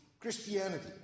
Christianity